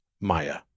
maya